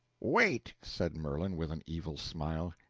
wait, said merlin, with an evil smile.